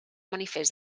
manifest